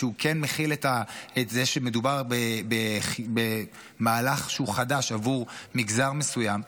שהוא כן מכיל את זה שמדובר במהלך שהוא חדש בעבור מגזר מסוים.